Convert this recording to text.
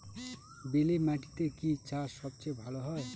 বেলে মাটিতে কি চাষ সবচেয়ে ভালো হয়?